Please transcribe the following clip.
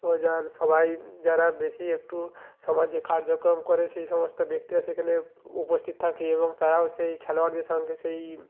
ও যার সবাই যারা বেশি একটু সমাজে কার্যক্রম করে সেই সমস্ত ব্যক্তিরা সেখানে উপস্থিত থাকে এবং তারাও সেই খেলোয়াড়দের সঙ্গে সেই